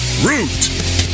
Root